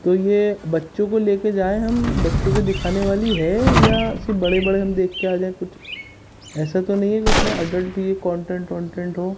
تو یہ بچوں کو لے کے جائیں ہم بچوں کی دکھانے والی ہے یا صرف بڑے بڑے ہم دیکھ کے آ جائیں کچھ ایسا تو نہیں ہے کہ اس میں اڈلٹ یہ کانٹینٹ وانٹینٹ ہو